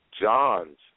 Johns